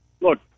look